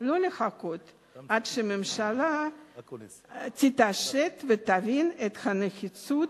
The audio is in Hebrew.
לא לחכות עד שהממשלה תתעשת ותבין את הנחיצות